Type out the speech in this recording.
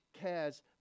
cares